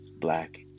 black